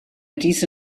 diese